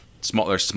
smaller